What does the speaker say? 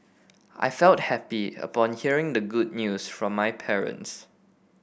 I felt happy upon hearing the good news from my parents